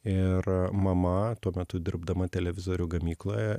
ir mama tuo metu dirbdama televizorių gamykloje